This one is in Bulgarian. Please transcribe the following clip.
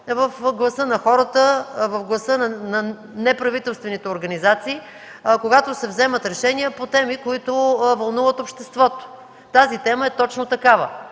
в гласа на хората, в гласа на неправителствените организации, когато се вземат решения по теми, които вълнуват обществото. Тази тема е точно такава.